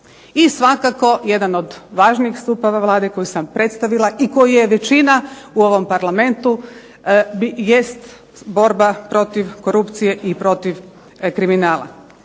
i svakako jedan od važnih stupova Vlade koju sam predstavila i koju je većina u ovom Parlamentu jest borba protiv korupcije i protiv kriminala.